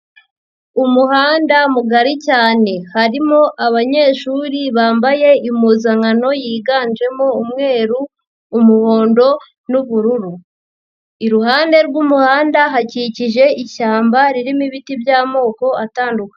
Umuhanda mugari cyane harimo abanyeshuri bambaye impuzankano yiganjemo umweru, umuhondo n'ubururu, iruhande rw'umuhanda hakikije ishyamba ririmo ibiti by'amoko atandukanye.